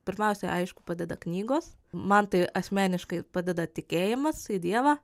pirmiausia aišku padeda knygos man tai asmeniškai padeda tikėjimas į dievą